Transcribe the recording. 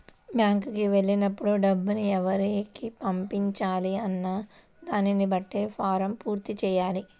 బ్యేంకుకి వెళ్ళినప్పుడు డబ్బుని ఎవరికి పంపించాలి అన్న దానిని బట్టే ఫారమ్ పూర్తి చెయ్యాలి